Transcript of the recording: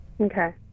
okay